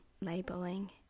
labeling